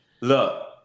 Look